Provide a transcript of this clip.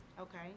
Okay